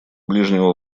ближнего